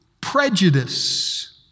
prejudice